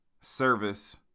service